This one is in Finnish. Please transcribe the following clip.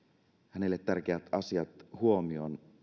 hänelle tärkeät asiat huomioon